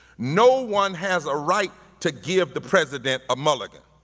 no one has a right to give the president a mulligan,